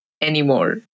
anymore